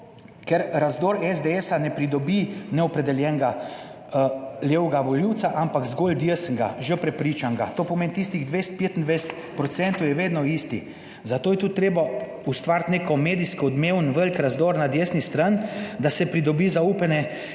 ker razdor SDS ne pridobi neopredeljenega levega volivca, ampak zgolj desnega, že prepričanega. To pomeni, tistih 20, 25 % je vedno isti. Zato je tudi treba ustvariti neko medijsko odmeven velik razdor na desni strani, da se pridobi zaupanje ciljnega